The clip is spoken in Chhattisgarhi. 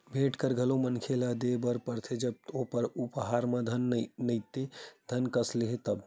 भेंट कर घलो मनखे ल देय बर परथे जब ओ उपहार ह धन नइते धन कस हे तब